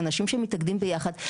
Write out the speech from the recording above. אנשים שמתאגדים ביחד.